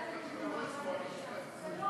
ועדת הפנים זה לא